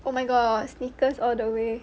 oh my god sneakers all the way